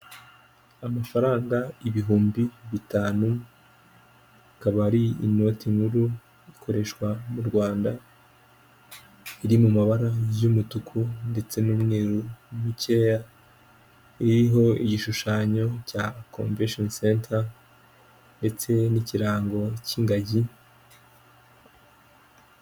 Amafaranga ibihumbi bitanu, ikaba ari inoti nkuru ikoreshwa mu Rwanda, iri mu mabara y'umutuku ndetse n'umweru mukeya iriho igishushanyo cya komvesheni senta ndetse n'ikirango cy'ingagi.